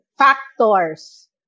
Factors